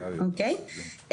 אוקי,